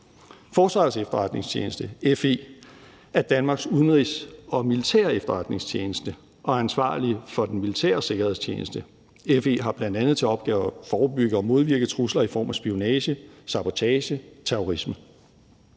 Forsvarets Efterretningstjeneste, FE, er Danmarks udenrigsefterretningstjeneste og militære efterretningstjeneste og er ansvarlig for den militære sikkerhedstjeneste. FE har bl.a. til opgave at forebygge og modvirke trusler i form af spionage, sabotage, terrorisme,